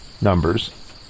numbers